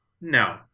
No